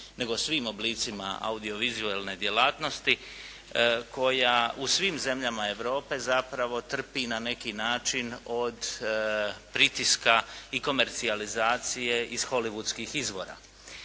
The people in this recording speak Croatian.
nego svim oblicima audiovizualne djelatnosti koja u svim zemljama Europe zapravo trpi na neki način od pritiska i komercijalizacije iz holivudskih izvora.